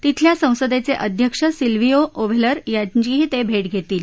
तिथल्या संसदेचे अध्यक्ष सिल्विओ ओव्हलर यांचीही ते भेट घेतील